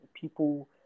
people